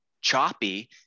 choppy